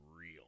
real